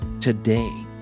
today